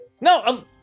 No